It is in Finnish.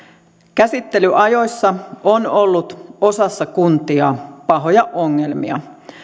käsittelyajoissa on ollut osassa kuntia pahoja ongelmia